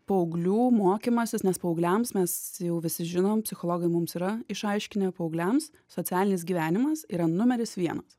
paauglių mokymasis nes paaugliams mes jau visi žinom psichologai mums yra išaiškinę paaugliams socialinis gyvenimas yra numeris vienas